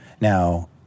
Now